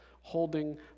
holding